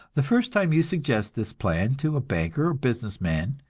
the first time you suggest this plan to a banker or business man,